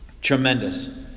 Tremendous